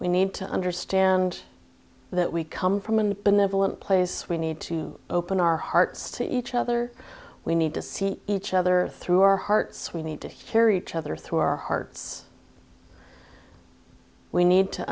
we need to understand that we come from and benevolent place we need to open our hearts to each other we need to see each other through our hearts we need to hear each other through our hearts we need to